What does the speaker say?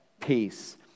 peace